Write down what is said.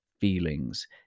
feelings